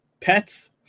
pets